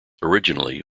originally